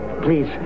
Please